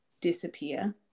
disappear